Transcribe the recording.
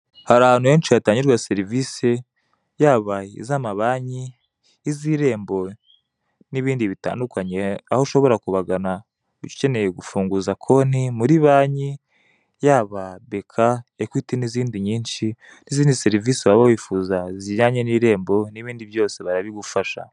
Hari ahantu henshi hatangirwa serivise, yaba iz'amabanki, iz'irembo, n'ibindi bitandukanye, aho ushobora kubagana ukeneye kufunguza konte muri banki, yaba beka, ekwiti, n'izindi nyinshi, n'izindi serivise waba wifuza zijyanye n'irembo, n'ibindi byose barabigufasha.